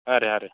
ಹಾಂ ರೀ ಹಾಂ ರೀ